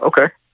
Okay